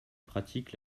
pratiquent